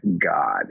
god